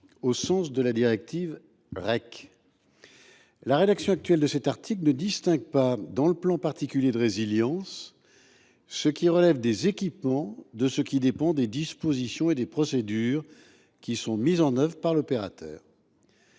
au sens de la directive REC. La rédaction actuelle de l’article 1 ne distingue pas, dans le plan particulier de résilience, ce qui relève des équipements de ce qui dépend des dispositions et des procédures mises en œuvre par l’opérateur.